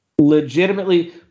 Legitimately